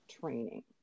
training